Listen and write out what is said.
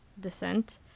descent